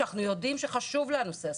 שאנחנו יודעים שחשוב לה הנושא הסביבתי.